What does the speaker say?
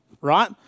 right